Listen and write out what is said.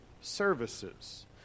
services